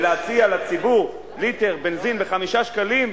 ולהציע לציבור ליטר בנזין ב-5 שקלים,